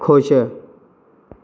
खुश